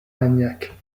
maniaque